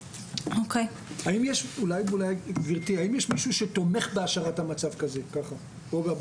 האם יש מישהו שתומך בהשארת המצב כפי שהוא?